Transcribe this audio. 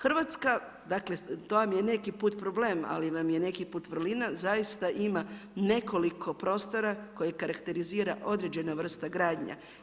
Hrvatska, dakle to vam je neki put problem, ali vam je neki put vrlina, zaista ima nekoliko prostora koje karakterizira određena vrsta gradnje.